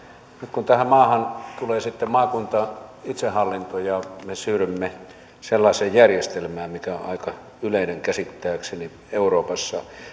kun tähän maahan tulee sitten maakuntaitsehallinto ja me siirrymme sellaiseen järjestelmään mikä on aika yleinen käsittääkseni euroopassa